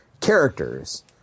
characters